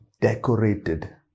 decorated